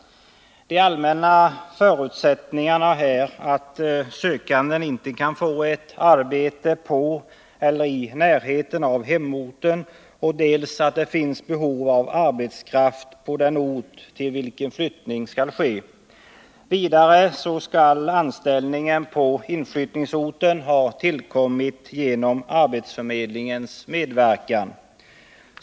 De allmänna förutsättningarna är att sökande inte kan få ett arbete på eller i närheten av hemorten och att det finns behov av arbetskraft på den ort till vilken flyttning skall ske. Vidare skall anställningen på inflyttningsorten ha tillkommit genom arbetsförmedlingens medverkan.